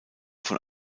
von